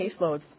caseloads